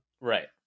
right